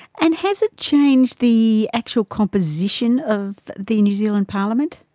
and has it changed the actual composition of the new zealand parliament?